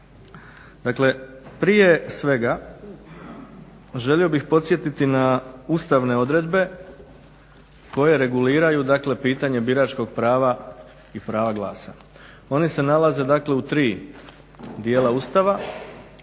Dakle prije svega želio bih podsjetiti na ustavne odredbe koje reguliraju dakle pitanje biračkog prava i prava glasa. Oni se nalaze u tri dijela Ustava,